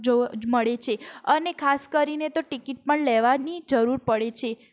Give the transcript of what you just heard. જો મળે છે અને ખાસ કરીને તો ટિકિટ પણ લેવાની જરૂર પડે છે